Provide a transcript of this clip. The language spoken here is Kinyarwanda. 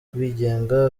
kwigenga